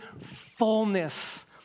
fullness